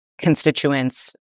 constituents